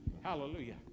Hallelujah